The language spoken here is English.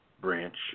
Branch